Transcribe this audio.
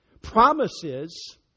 Promises